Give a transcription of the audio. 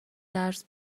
درس